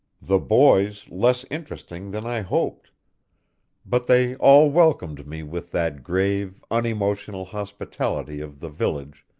the boys less interesting than i hoped but they all welcomed me with that grave, unemotional hospitality of the village,